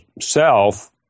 self